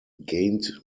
gained